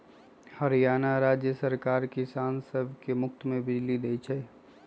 हरियाणा राज्य सरकार किसान सब के मुफ्त में बिजली देई छई